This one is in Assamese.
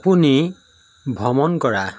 আপুনি ভ্ৰমণ কৰা